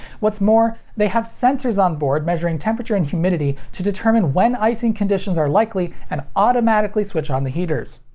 what's more, they have sensors onboard measuring temperature and humidity to determine when icing conditions are likely and automatically switch on the heaters.